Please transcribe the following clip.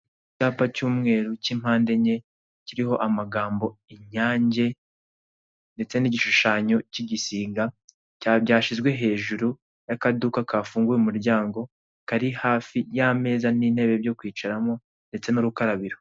Icyapa cy'umweru cy'impande enye kiriho amagambo inyange ndetse n'igishushanyo cy'igisiga, byashyizwe hejuru y'akaduka kafunguye umuryango kari hafi y'ameza n'intebe byo kwicaramo ndetse n'urukarabiro.